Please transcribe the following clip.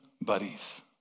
buddies